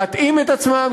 להתאים את עצמם,